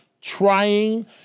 trying